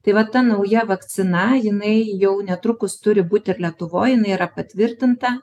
tai va ta nauja vakcina jinai jau netrukus turi būt ir lietuvoj jinai yra patvirtinta